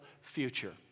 future